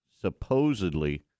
supposedly